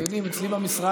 אתם יודעים, אצלי במשרד